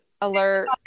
alert